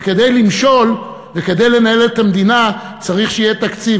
וכדי למשול וכדי לנהל את המדינה צריך שיהיה תקציב,